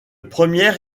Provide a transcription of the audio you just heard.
première